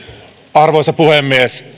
arvoisa puhemies